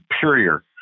superior